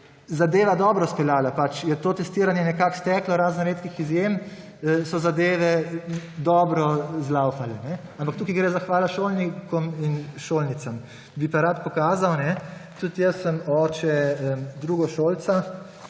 zadeva dobro izpeljala, pa je to testiranje nekako steklo, razen redkih izjem so zadeve dobro zalaufale, ampak tukaj gre zahvala šolnikom in šolnicam. Bi pa rad pokazal, tudi jaz sem oče drugošolca,